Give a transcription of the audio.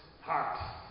heart